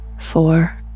four